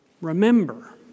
remember